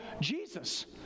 Jesus